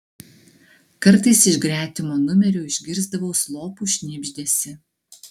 kartais iš gretimo numerio išgirsdavau slopų šnibždesį